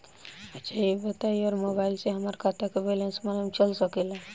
अच्छा ई बताईं और मोबाइल से हमार खाता के बइलेंस मालूम चल सकेला?